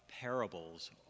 parables